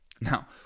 Now